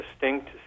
distinct